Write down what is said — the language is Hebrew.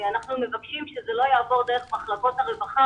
אנחנו מבקשים שזה לא יעבור דרך מחלקות הרווחה,